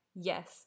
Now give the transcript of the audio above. Yes